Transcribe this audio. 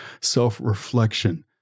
self-reflection